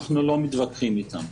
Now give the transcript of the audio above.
אנחנו לא מתווכחים אתם.